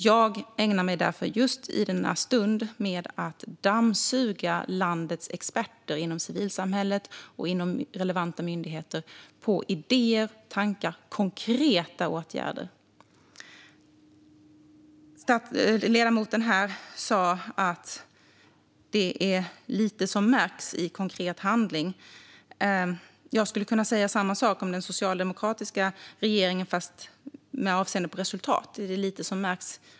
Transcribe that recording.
Jag ägnar mig just i denna stund åt att dammsuga civilsamhället och relevanta myndigheter på expertis, idéer, tankar och konkreta åtgärder. Ledamoten sa här att det är lite som märks i konkret handling. Jag skulle kunna säga samma sak om den socialdemokratiska regeringen fast med avseende på resultat: Det är lite som märks.